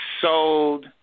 sold